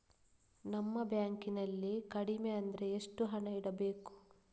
ನಮ್ಮ ಬ್ಯಾಂಕ್ ನಲ್ಲಿ ಕಡಿಮೆ ಅಂದ್ರೆ ಎಷ್ಟು ಹಣ ಇಡಬೇಕು?